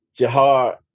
Jahar